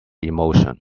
emotion